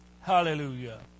Hallelujah